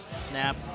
snap